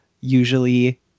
usually